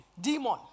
demon